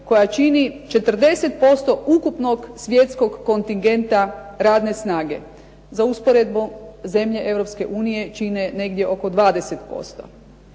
koja čini 40% ukupnog svjetskog kontingenta radne snage. Za usporedbu, zemlje Europske unije čine negdje oko 20%.